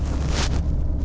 twenty C_M ah